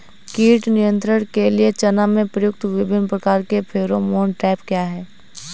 कीट नियंत्रण के लिए चना में प्रयुक्त विभिन्न प्रकार के फेरोमोन ट्रैप क्या है?